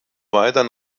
weiter